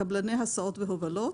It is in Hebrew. אז הדחיפות קיימת,